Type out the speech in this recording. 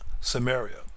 Samaria